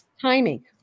timing